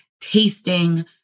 tasting